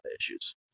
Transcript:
issues